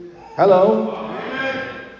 Hello